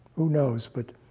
who knows, but